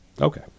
Okay